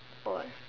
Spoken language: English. for what